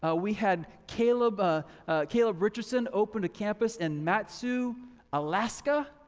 ah we had caleb ah caleb richardson open a campus in mat-su alaska.